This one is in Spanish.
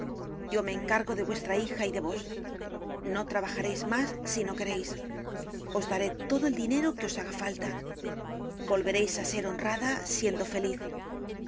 yo me encargo de vuestra hija y de vos no trabajareis mas si no quereis os daré todo el dinero que os haga falta volvereis á ser honrada siendo feliz